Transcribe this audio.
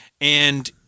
and-